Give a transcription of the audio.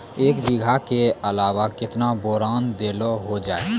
एक बीघा के अलावा केतना बोरान देलो हो जाए?